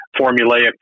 formulaic